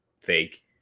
fake